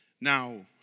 Now